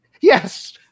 yes